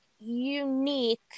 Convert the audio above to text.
unique